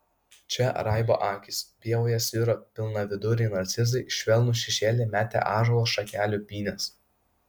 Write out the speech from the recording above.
čia raibo akys pievoje sviro pilnaviduriai narcizai švelnų šešėlį metė ąžuolo šakelių pynės